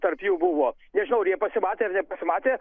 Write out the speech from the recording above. tarp jų buvo nežinau ar jie pasimatė ar nepasimatė